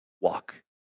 walk